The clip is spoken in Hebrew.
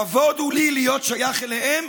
כבוד הוא לי להיות שייך אליהם